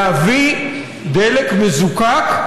להביא דלק מזוקק,